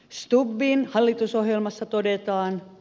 stubbin hallitusohjelmassa todetaan